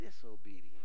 disobedience